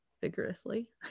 vigorously